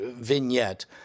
vignette